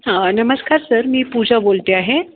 नमस्कार सर मी पूजा बोलते आहे